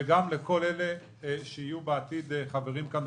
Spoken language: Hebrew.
וגם לכל אלה שיהיו בעתיד חברים כאן,